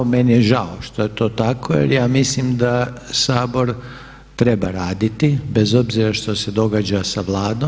Meni je žao što je to tako, jer ja mislim da Sabor treba raditi bez obzira što se događa sa Vladom.